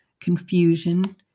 confusion